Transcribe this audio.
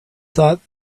thought